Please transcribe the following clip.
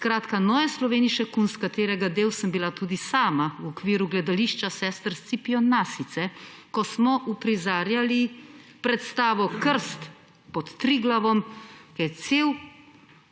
skratka Neue Slowenische Kunst, katerega del sem bila tudi sama v okviru gledališča Sester Scipion Nasice. Ko smo uprizarjali predstavo Krst pod Triglavom, je cel